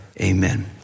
Amen